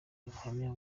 ubuhamya